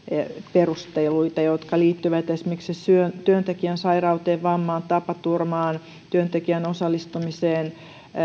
perusteluita jotka liittyvät esimerkiksi työntekijän sairauteen vammaan tapaturmaan työntekijän osallistumiseen